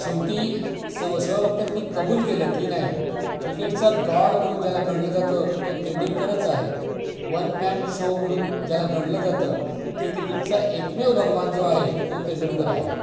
शेवटी सोय शोएब अख्तरनी कबूल केलं की नाही क्रिकेटचा गॉड म्हणून ज्याला गणलं जातं तो तेंडुलकरच आहे वन मॅन शो म्हणून ज्याला गणलं जातं की क्रिकेटचा एकमेव भगवान जो आहे तो तेंडुलकर आहे